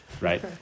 right